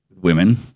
women